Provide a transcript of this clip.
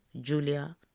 Julia